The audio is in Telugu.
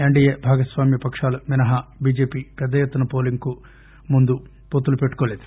ఎన్గీఏ భాగస్నామ్య పక్షాలు మినహా బిజెపి పెద్దఎత్తున పోలింగ్ కు ముందు వొత్తులు పెట్లుకోలేదు